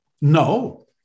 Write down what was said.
No